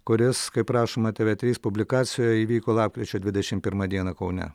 kuris kaip rašoma tv trys publikacijoje įvyko lapkričio dvidešimt pirmą dieną kaune